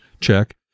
check